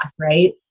right